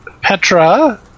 Petra